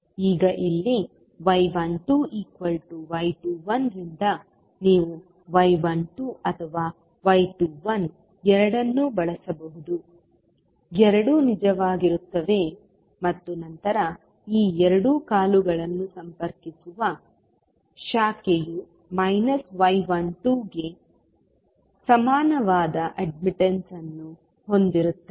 ಈಗ ಇಲ್ಲಿ y12y21 ರಿಂದ ನೀವು y12 ಅಥವಾ y21 ಎರಡನ್ನೂ ಬಳಸಬಹುದು ಎರಡೂ ನಿಜವಾಗಿರುತ್ತವೆ ಮತ್ತು ನಂತರ ಈ ಎರಡು ಕಾಲುಗಳನ್ನು ಸಂಪರ್ಕಿಸುವ ಶಾಖೆಯು y12 ಗೆ ಸಮಾನವಾದ ಅಡ್ಮಿಟ್ಟನ್ಸ್ ಅನ್ನು ಹೊಂದಿರುತ್ತದೆ